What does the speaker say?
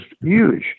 huge